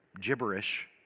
gibberish